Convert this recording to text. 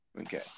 Okay